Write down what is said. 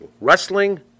wrestling